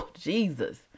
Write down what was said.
Jesus